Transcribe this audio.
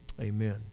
amen